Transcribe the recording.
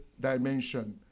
dimension